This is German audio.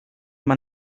man